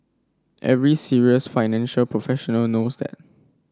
every serious financial professional knows that